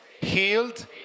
healed